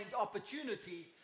opportunity